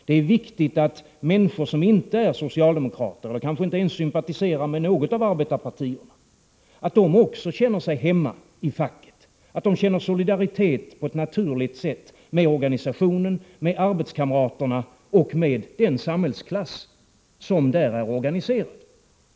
Det är viktigt att människor som inte är socialdemokrater, som kanske inte ens sympatiserar med något av arbetarpartierna, också känner sig hemma i facket, att de känner solidaritet på ett naturligt sätt med organisationen, med arbetskamraterna och med den samhällsklass som där är organiserad.